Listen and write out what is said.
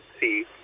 see